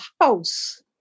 house